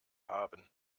haben